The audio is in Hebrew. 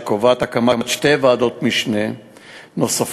שקובעת הקמת שתי ועדות משנה נוספות